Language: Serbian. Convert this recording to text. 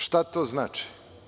Šta to znači?